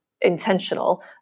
intentional